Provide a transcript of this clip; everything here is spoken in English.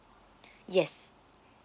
yes